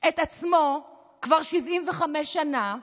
את עצמו כבר 75 שנה,